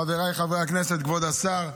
חבריי חברי הכנסת, כבוד השר,